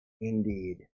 Indeed